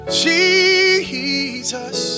jesus